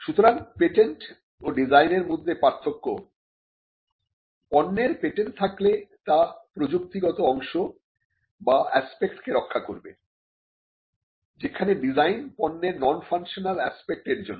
সুতরাং পেটেন্ট ও ডিজাইনের মধ্যে পার্থক্য পণ্যের পেটেন্ট থাকলে তা প্রযুক্তিগত অংশ বা অ্যাসপেক্টকে রক্ষা করবে যেখানে ডিজাইন পণ্যের নন ফাংশনাল এসপেক্ট এর জন্য